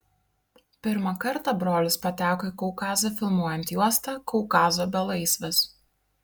pirmą kartą brolis pateko į kaukazą filmuojant juostą kaukazo belaisvis